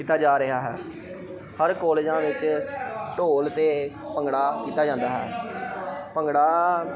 ਕੀਤਾ ਜਾ ਰਿਹਾ ਹੈ ਹਰ ਕੋਲਜਾਂ ਵਿੱਚ ਢੋਲ 'ਤੇ ਭੰਗੜਾ ਕੀਤਾ ਜਾਂਦਾ ਹੈ ਭੰਗੜਾ